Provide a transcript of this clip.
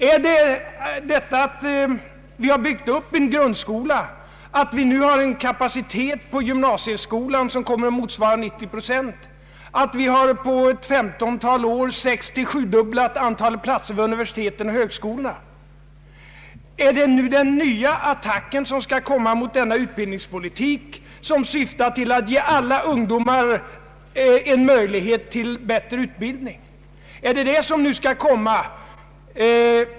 Är det den nya attacken som skall komma mot den utbildningspolitik, som syftar till att ge alla ungdomar möjlighet till bättre utbildning genom att vi har byggt upp en grundskola och ovanpå den en gymnasieskola, som kommer att motsvara 90 procent, och att vi på ett femtontal år har sexoch sjudubblat antalet platser vid universiteten och högskolorna?